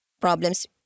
problems